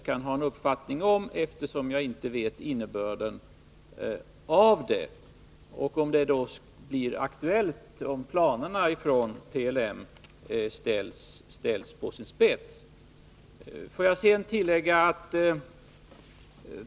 Jag kan emellertid i dag inte ha någon uppfattning om detta, eftersom jag inte känner till innebörden.